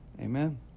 Amen